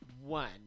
One